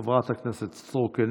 חברת הכנסת סטרוק,